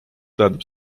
tähendab